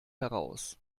heraus